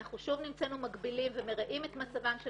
אנחנו שוב נמצאנו מגבילים ומרעים את מצבם של